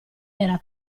era